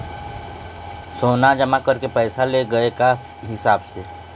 सोना जमा करके पैसा ले गए का हिसाब हे?